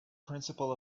principle